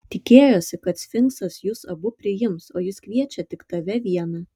tikėjosi kad sfinksas jus abu priims o jis kviečia tik tave vieną